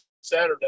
Saturday